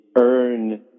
earn